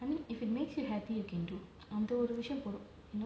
I mean if it makes you happy you can do அந்த ஒரு விஷயம் போதும்:antha oru visayam pothum